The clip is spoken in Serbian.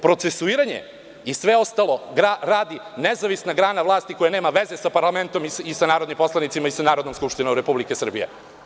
Procesuiranje i sve ostalo radi nezavisna grana vlasti koja nema veze sa parlamentom, narodnim poslanicima i sa Narodnom skupštinom Republike Srbije.